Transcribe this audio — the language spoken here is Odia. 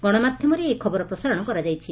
ଗଣମାଧ୍ଧମରେ ଏହି ଖବର ପ୍ରସାରଣ କରାଯାଇଛି